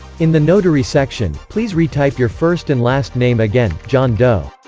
in the notary section, please retype your first and last name again john doe